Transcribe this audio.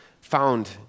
found